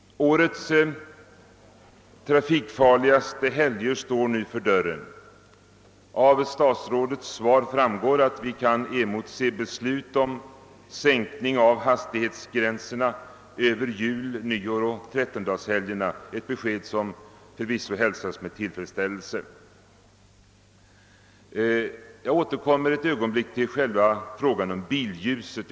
Årets trafikfarligaste helger står nu för dörren. Av statsrådets svar framgår att vi kan emotse beslut om sänkning av hastighetsgränserna över jul-, nyårsoch trettondagshelgerna — ett besked som förvisso hälsas med tillfredsställelse. Jag återkommer ett ögonblick till frågan om billjuset.